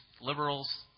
liberals